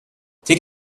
take